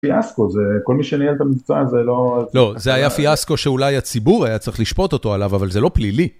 פייסקו, זה... כל מי שניהל את המבצע הזה לא... לא, זה היה פייסקו שאולי הציבור היה צריך לשפוט אותו עליו, אבל זה לא פלילי.